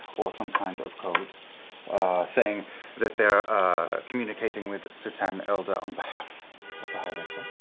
or some kind of code saying that they are communicating with sutan elder on behalf of the high-richter,